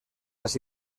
las